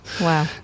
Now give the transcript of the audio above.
Wow